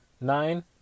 nine